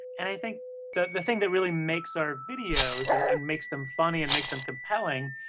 and i think the the thing that really makes our videos and and makes them funny and makes them compelling,